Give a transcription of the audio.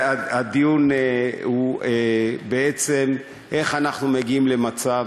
הדיון הוא בעצם על איך אנחנו מגיעים למצב